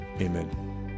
Amen